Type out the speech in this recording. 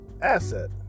asset